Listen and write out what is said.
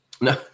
No